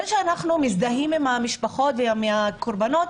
זה שאנחנו מזדהים עם המשפחות ועם הקורבנות,